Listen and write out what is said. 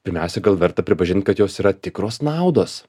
pirmiausia gal verta pripažint kad jos yra tikros naudos